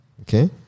Okay